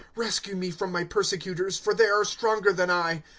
rescue me from my persecutors, for they are stronger than i.